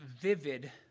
vivid